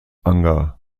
unger